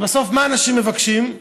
ובסוף, מה אנשים מבקשים?